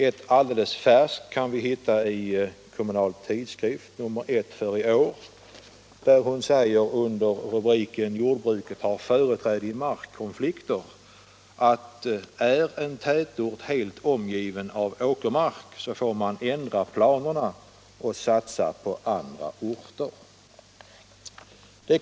Ett alldeles färskt kan vi hitta i Kommunal tidskrift nr 1 för i år, där hon under rubriken Jordbruket har företräde i markkonflikter säger: Är en tätort helt omgiven av åkermark så får man ändra planerna och satsa på andra orter.